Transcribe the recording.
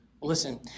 Listen